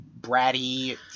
bratty